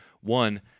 One